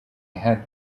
had